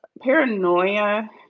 paranoia